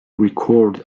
record